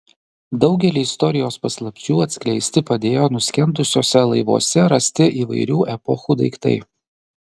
daugelį istorijos paslapčių atskleisti padėjo nuskendusiuose laivuose rasti įvairių epochų daiktai